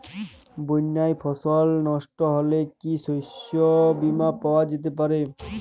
বন্যায় ফসল নস্ট হলে কি শস্য বীমা পাওয়া যেতে পারে?